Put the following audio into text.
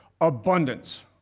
abundance